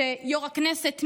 יו"ר הישיבה,